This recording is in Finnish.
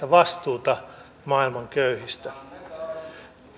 vastuuta maailman köyhistä